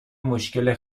مشکل